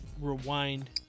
rewind